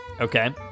Okay